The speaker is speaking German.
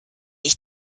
ich